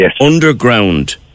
underground